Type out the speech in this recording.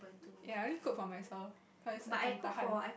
ya I only cook for myself cause I can tahan